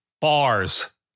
Bars